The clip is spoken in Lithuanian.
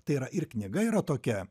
tai yra ir knyga yra tokia